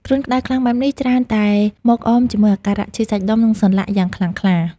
គ្រុនក្តៅខ្លាំងបែបនេះ ច្រើនតែមកអមជាមួយអាការៈឈឺសាច់ដុំ និងសន្លាក់យ៉ាងខ្លាំងក្លា។